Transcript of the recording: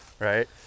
Right